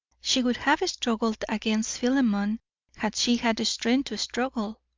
she would have struggled against philemon had she had strength to struggle.